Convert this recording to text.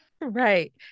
Right